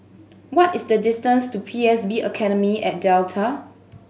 what is the distance to P S B Academy at Delta